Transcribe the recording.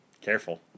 Careful